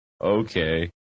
okay